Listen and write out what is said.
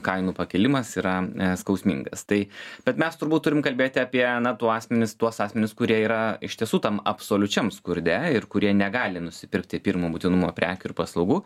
kainų pakilimas yra skausmingas tai bet mes turbūt turim kalbėti apie na tuo asmenis tuos asmenis kurie yra iš tiesų tam absoliučiam skurde ir kurie negali nusipirkti pirmo būtinumo prekių ir paslaugų